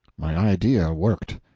my idea worked.